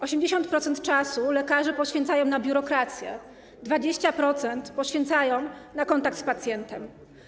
80% czasu lekarze poświęcają na biurokrację, 20% - na kontakt z pacjentem.